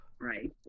Right